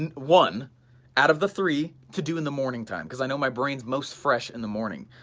and one out of the three to do in the morning time, cause i know my brain's most fresh in the morning,